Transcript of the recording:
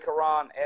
Quran